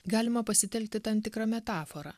galima pasitelkti tam tikrą metaforą